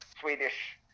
Swedish